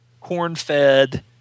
corn-fed